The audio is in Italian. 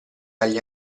agli